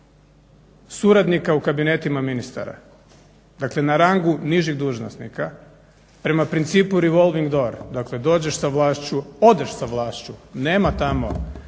suradnika u kabinetima ministara, dakle na rangu nižih dužnosnika prema principu revolving door, dakle dođeš sa vlašću, odeš sa vlašću, nema tamo